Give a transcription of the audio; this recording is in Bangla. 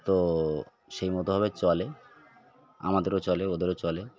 তো সেই মতো ভাবে চলে আমাদেরও চলে ওদেরও চলে